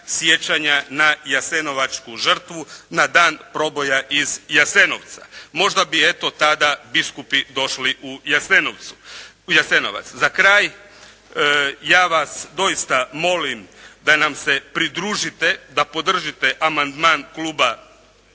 sjećanja na jasenovačku žrtvu, na dan proboja iz Jasenovca. Možda bi eto tada biskupi došli u Jasenovac. Za kraj ja vas doista molim da nam se pridružite da podržite amandman kluba